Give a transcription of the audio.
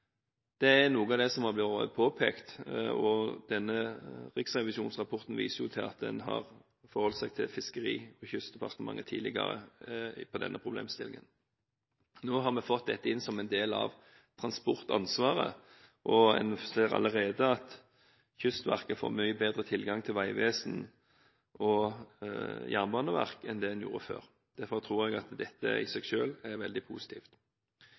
Det var noe av det som ble påpekt, og denne riksrevisjonsrapporten viser til at en tidligere har forholdt seg til Fiskeri- og kystdepartementet når det gjelder denne problemstillingen. Nå har vi fått dette inn som en del av transportansvaret, og en ser allerede at Kystverket får mye bedre tilgang til veivesen og jernbaneverk enn det en gjorde før. Derfor tror jeg at dette i seg selv er veldig positivt.